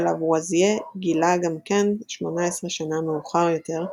שלבואזייה גילה גם כן 18 שנה מאוחר יותר,